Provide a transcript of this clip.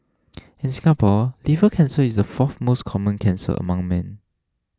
in Singapore liver cancer is the fourth most common cancer among men